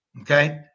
okay